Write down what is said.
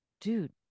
dude